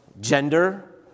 gender